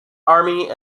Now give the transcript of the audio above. army